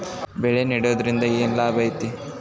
ಬೆಳೆ ನೆಡುದ್ರಿಂದ ಏನ್ ಲಾಭ ಐತಿ?